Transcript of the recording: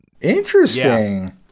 Interesting